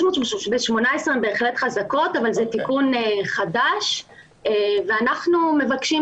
הן בהחלט חזקות אבל זה תיקון חדש ואנחנו מבקשים,